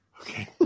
Okay